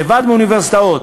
לבד מאוניברסיטאות.